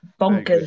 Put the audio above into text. bonkers